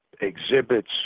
exhibits